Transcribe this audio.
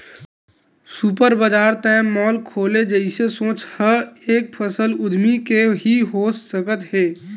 super बजार ते mall खोले जइसे सोच ह एक सफल उद्यमी के ही हो सकत हे